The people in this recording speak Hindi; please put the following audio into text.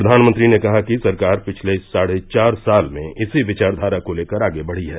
प्रधानमंत्री ने कहा कि सरकार पिछले साढ़े चार साल में इसी विचारधारा को लेकर आगे बढ़ी है